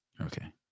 Okay